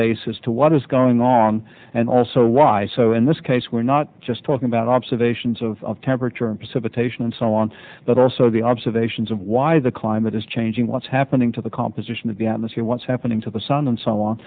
as to what is going on and also why so in this case we're not just talking about observations of temperature cetacean and so on but also the observations of why the climate is changing what's happening to the composition of the atmosphere what's happening to the sun and so on